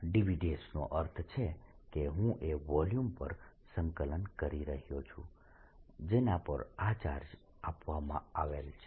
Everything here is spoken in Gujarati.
dv નો અર્થ છે કે હું એ વોલ્યુમ પર સંકલન કરી રહ્યો છું જેના પર આ ચાર્જ આપવામાં આવેલ છે